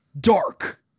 dark